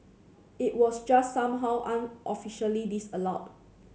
it was just somehow unofficially disallowed